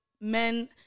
men